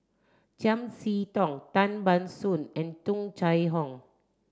Chiam See Tong Tan Ban Soon and Tung Chye Hong